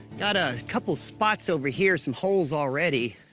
got a couple spots over here some holes already.